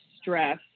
stress